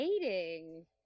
dating